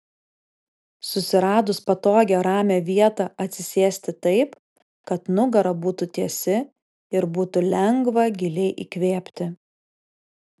susiradus patogią ramią vietą atsisėsti taip kad nugara būtų tiesi ir būtų lengva giliai įkvėpti